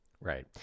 Right